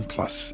Plus